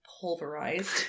pulverized